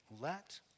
let